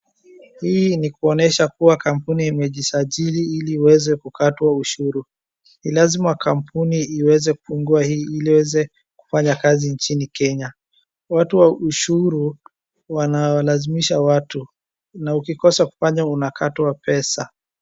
Hii ni kuonyesha kuwa kampuni imejisajili iliwaweze kukatwa ushuru. Ni lazima kampuni iweze kufungua hii iliiweze kufanya kazi nchini Kenya. Watu wa ushuru wanalazimisha watu na ukikosa kufanya unakatwa pesa.